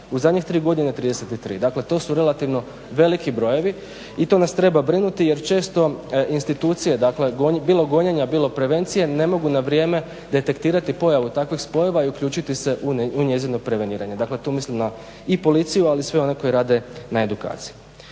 U zadnjih 3 godine 33. Dakle, to su relativno veliki brojevi i to nas treba brinuti jer često institucije dakle bilo gonjenja bilo prevencije ne mogu na vrijeme detektirati pojavu takvih spojeva i uključiti se u njezino preveniranje. Dakle, tu mislim na i policiju ali i sve one koji rade na edukaciji.